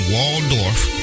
Waldorf